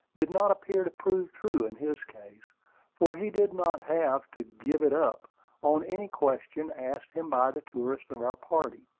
did not appear to prove true in his case for he did not have to give it up on any question asked him by the tourists of our party.